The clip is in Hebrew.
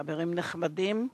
חברים נכבדים,